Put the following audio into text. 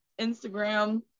Instagram